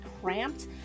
cramped